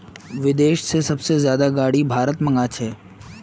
विदेश से सबसे ज्यादा गाडी भारत मंगा छे